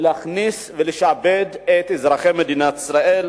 להכניס ולשעבד את אזרחי מדינת ישראל